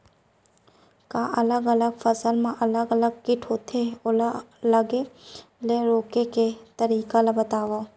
का अलग अलग फसल मा अलग अलग किट होथे, ओला लगे ले रोके के तरीका ला बतावव?